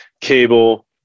cable